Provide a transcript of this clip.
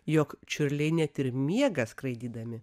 jog čiurliai net ir miega skraidydami